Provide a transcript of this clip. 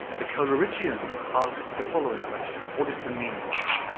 the coleridgian asks the following question what is the meaning of it?